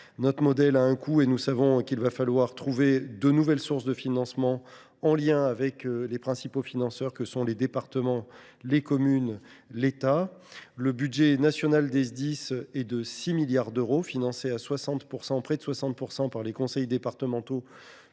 notre modèle a un coût et nous savons qu’il va falloir trouver de nouvelles sources de financement, en lien avec les principaux financeurs que sont les départements, les communes et l’État. Le budget national des Sdis, d’un montant de 6 milliards d’euros, est financé à près de 60 % par les conseils départementaux,